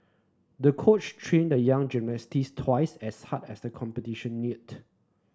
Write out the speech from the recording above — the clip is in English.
the coach trained the young gymnast twice as hard as the competition neared